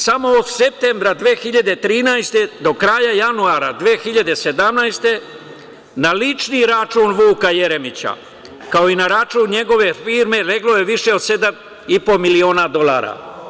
Samo od septembra 2013. godine do kraja januara 2017. godine na lični račun Vuka Jeremića, kao i na račun njegove firme, leglo je više od 7,5 miliona dolara.